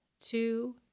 two